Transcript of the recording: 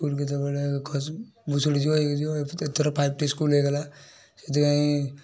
school କେତେବେଳେ ଖସି ଭୁଷୁଡ଼ି ଯିବ ଇଏ ହୋଇଯିବ ଏଥର ଫାଇଭ୍ ଟି ସ୍କୁଲ୍ ହୋଇଗଲା ସେଥିପାଇଁ